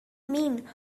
mean